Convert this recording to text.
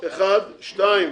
שתיים,